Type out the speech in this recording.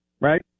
Right